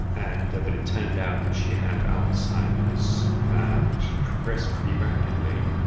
and but it turned out that she had alzheimer's which progressed pretty rapidly,